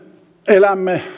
elämme